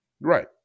Right